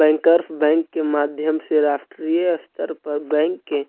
bankers bank के माध्यम से राष्ट्रीय स्तर पर बैंक के